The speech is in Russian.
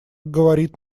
говорит